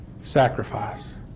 sacrifice